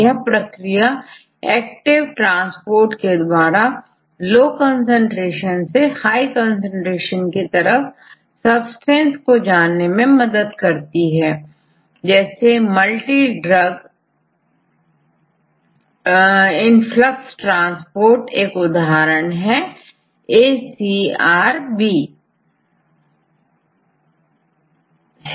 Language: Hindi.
यह प्रक्रिया एक्टिव ट्रांसपोर्ट के द्वारा लो कंसंट्रेशन से हाई कंसंट्रेशन की तरफ सब्सटेंस को जाने में मदद करती है जैसे मल्टीड्रग इनफ्लक्स ट्रांसपोर्ट एक उदाहरणAcrB है तो यहां देखते हैं कि ट्रांसपोर्ट कैसे होता है आप यहां मॉलिक्यूल देख सकते हैं